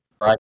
Right